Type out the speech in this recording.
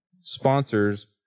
sponsors